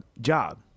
job